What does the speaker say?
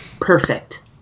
perfect